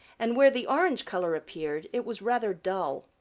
and where the orange color appeared it was rather dull.